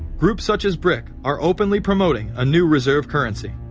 groups such as bric are openly promoting a new reserve currency,